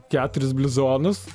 keturis bliuzonus